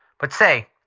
but say,